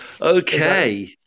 okay